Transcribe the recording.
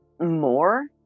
more